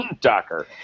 Docker